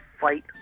fight